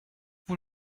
vous